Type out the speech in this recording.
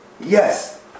Yes